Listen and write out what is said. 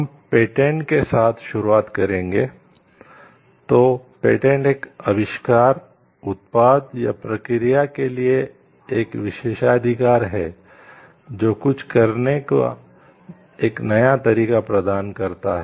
हम पेटेंट एक आविष्कार उत्पाद या प्रक्रिया के लिए एक विशेषाधिकार है जो कुछ करने का एक नया तरीका प्रदान करता है